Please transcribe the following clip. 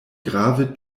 grave